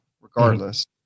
regardless